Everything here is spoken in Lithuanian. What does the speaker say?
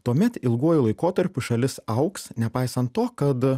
tuomet ilguoju laikotarpiu šalis augs nepaisant to kad